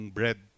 bread